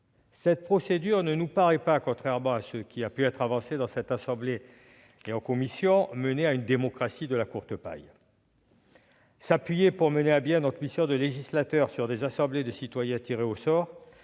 Cette procédure ne nous paraît pas, contrairement à ce qui a pu être avancé dans cette assemblée et en commission, mener à une « démocratie de la courte paille ». Nous appuyer, pour mener à bien notre mission de législateur, sur des assemblées de citoyens tirés au sort